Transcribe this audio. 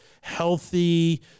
healthy